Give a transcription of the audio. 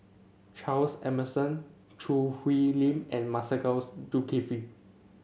Charles Emmerson Choo Hwee Lim and Masagos Zulkifli